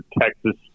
Texas